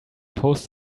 post